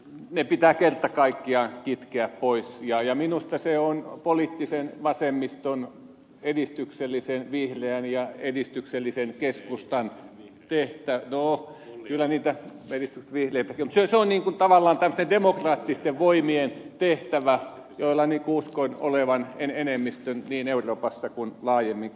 ne pitää kerta kaikkiaan kitkeä pois ja minusta se on poliittisen vasemmiston edistyksellisen vihreän ja edistyksellisen keskustan no kyllä niitä edistyksellisiä vihreitäkin on mutta se on tavallaan tämmöisten demokraattisten voimien tehtävä joilla uskon olevan enemmistön niin euroopassa kuin laajemminkin